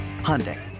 Hyundai